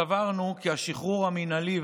סברנו כי השחרור המינהלי,